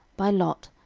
by lot,